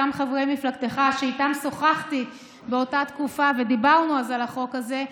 גם חברי מפלגתך שאיתם שוחחתי באותה תקופה ודיברנו אז על החוק הזה,